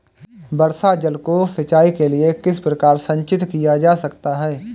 वर्षा जल को सिंचाई के लिए किस प्रकार संचित किया जा सकता है?